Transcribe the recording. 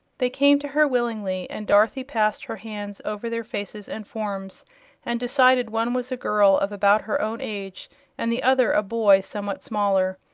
they came to her willingly, and dorothy passed her hands over their faces and forms and decided one was a girl of about her own age and the other a boy somewhat smaller.